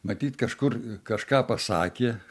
matyt kažkur kažką pasakė